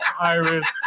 Iris